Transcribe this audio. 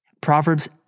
Proverbs